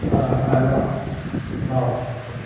ആലുവ എറണാകുളം പോരേ